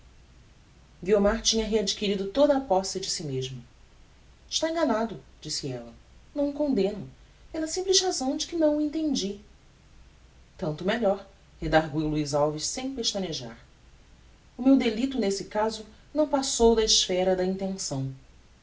sobra guiomar tinha readquirido toda a posse de si mesma está enganado disse ella não o condemno pela simples razão de que o não entendi tanto melhor redarguiu luiz alves sem pestanejar o meu delicto nesse caso não passou da esphera da intenção